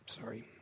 sorry